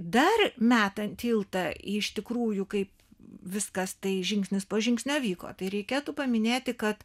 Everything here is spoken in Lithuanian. dar metant tiltą į iš tikrųjų kaip viskas tai žingsnis po žingsnio vyko tai reikėtų paminėti kad